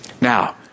Now